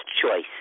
choice